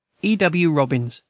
e. w. robbins,